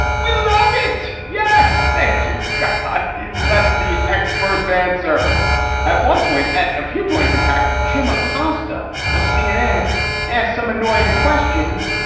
we'd love it. yes. thank you. god, he let the experts answer at one point at a few points. in fact, jim acosta of cnn asked some annoying questions.